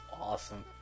awesome